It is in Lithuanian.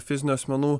fizinių asmenų